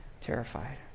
terrified